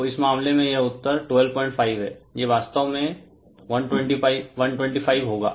तो इस मामले में यह उत्तर 125 है यह वास्तव में 125 होगा